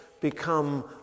become